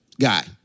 guy